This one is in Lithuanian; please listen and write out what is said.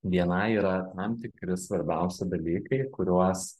bni yra tam tikri svarbiausi dalykai kuriuos